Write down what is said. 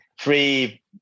three